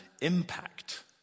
impact